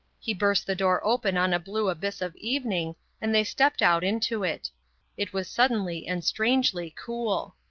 he burst the door open on a blue abyss of evening and they stepped out into it it was suddenly and strangely cool.